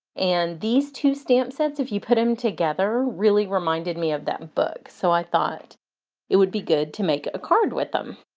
and these two stamp sets if you put them together really reminded me of that book. so i thought it would be good to make a card with them.